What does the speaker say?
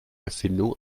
erfindung